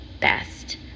best